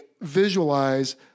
visualize